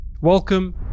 welcome